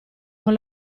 con